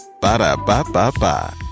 Ba-da-ba-ba-ba